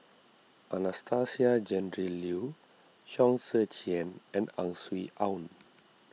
Anastasia Tjendri Liew Chong Tze Chien and Ang Swee Aun